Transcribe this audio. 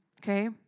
okay